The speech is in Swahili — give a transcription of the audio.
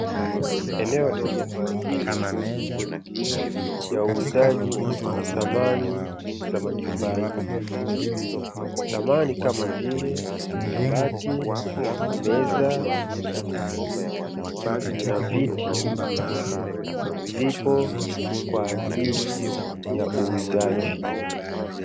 Eneo dogo kwa ajili ya uuzaji wa samani za majumbani, samani kama vile kabati, meza na viti vipo kwa ajili ya uuzaji.